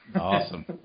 awesome